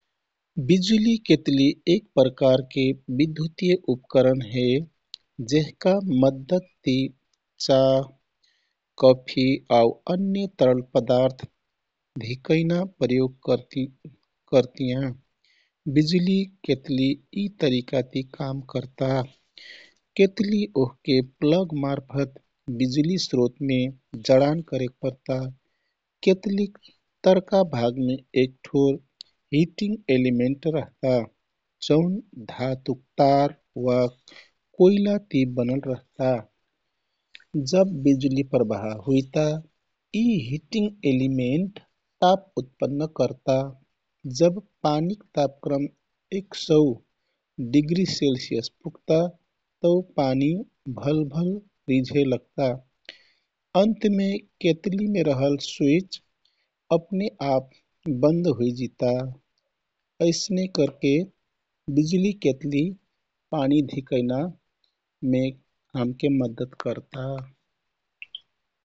बिजुली केतली एक प्रकारके विद्धुतिय उपकरण हे। जेहका मद्दतति चाह, कफि, आउ अन्य तरल पदार्थ धिकैना प्रयोग करतियाँ। बिजुली केतली यी तरिकाती काम करता केतलि ओहके प्लगमार्फत बिजुली स्रोतमे जडान करेक परता। केतलिक तरका भागमे एकठोर हिटिङ्ग एलिमेन्ट रहता जौन धातुक तार वा कोइलाति बनल रहता। जब बिजुली प्रवाह हुइता, यी हिटिङ्ग एलिमेन्ट ताप उतपन्न करता। जब पानीक तापक्रम एक सौ डिग्री सेल्सियस पुग्ता तौ पानी भल भल रिझे लगता। अन्तमे केतलिमे रहल स्वीच अपने आप बन्द हुइजिता। यैसने करके बिजुलि केतली पानी धिकैनामे हमके मद्दत करता।